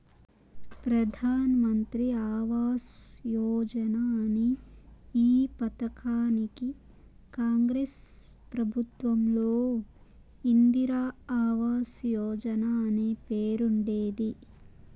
ప్రధాన్ మంత్రి ఆవాస్ యోజన అనే ఈ పథకానికి కాంగ్రెస్ ప్రభుత్వంలో ఇందిరా ఆవాస్ యోజన అనే పేరుండేది